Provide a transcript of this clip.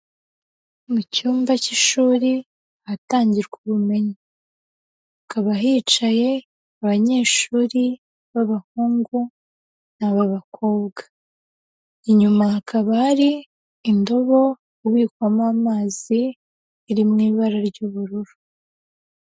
Mu cyumba cy'ishuri ahatangirwa ubumenyi, hakaba hicaye abanyeshuri b'abahungu naba bakobwa, inyuma hakaba hari indobo ubikwamo amazi iri m'ibara ry'ubururu.